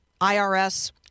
IRS